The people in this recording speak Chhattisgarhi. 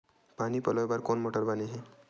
पानी पलोय बर कोन मोटर बने हे?